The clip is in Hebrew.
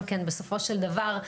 בסופו של דבר,